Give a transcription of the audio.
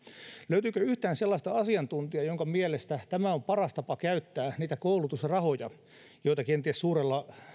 löytyykö yhtään sellaista asiantuntijaa jonka mielestä tämä on paras tapa käyttää niitä koulutusrahoja joita kenties suurella